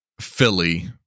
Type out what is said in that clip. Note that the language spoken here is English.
Philly